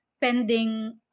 pending